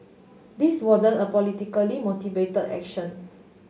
this wasn't a politically motivate action